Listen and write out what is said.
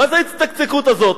מה זה ההצטקצקות הזאת?